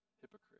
hypocrite